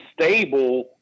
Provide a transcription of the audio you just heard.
stable